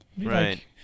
right